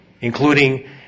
including